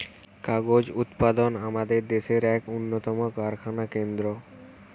কাগজ উৎপাদন আমাদের দেশের এক উন্নতম কারখানা কেন্দ্র